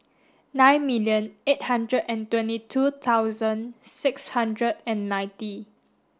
nine million eight hundred and twenty two thousand six hundred and ninety